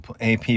AP